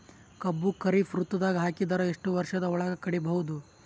ಕಬ್ಬು ಖರೀಫ್ ಋತುದಾಗ ಹಾಕಿದರ ಎಷ್ಟ ವರ್ಷದ ಒಳಗ ಕಡಿಬಹುದು?